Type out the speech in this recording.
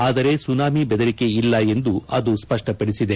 ಆದರೆ ಸುನಾಮಿ ಬೆದರಿಕೆ ಇಲ್ಲ ಎಂದು ಅದು ಸ್ವಷ್ಷಪಡಿಸಿದೆ